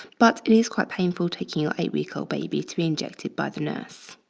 but it is quite painful taking your eight-week-old baby to be injected by the nurse.